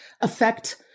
affect